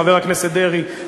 חבר הכנסת דרעי,